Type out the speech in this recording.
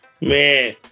Man